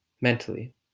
mentally